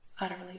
utterly